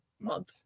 Month